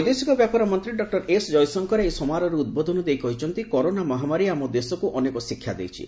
ବୈଦେଶିକ ବ୍ୟାପାର ମନ୍ତ୍ରୀ ଡକ୍ର ଏସ୍ ଜୟଶଙ୍କର ଏହି ସମାରୋହରେ ଉଦ୍ବୋଧନ ଦେଇ କହିଛନ୍ତି କରୋନା ମହାମାରୀ ଆମ ଦେଶକୁ ଅନେକ ଶିକ୍ଷା ଦେଇଛି